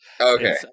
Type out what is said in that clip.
Okay